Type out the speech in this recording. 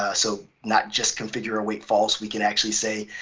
ah so not just configure await false, we can actually say,